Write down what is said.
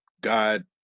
God